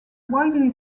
widely